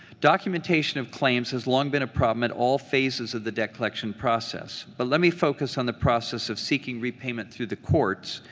documentation of claims has long been a problem at all phases of the debt collection process, but let me focus on the process of seeking repayment through the courts,